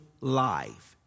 life